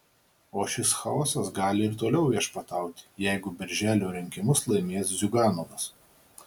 o šis chaosas gali ir toliau viešpatauti jeigu birželio rinkimus laimės ziuganovas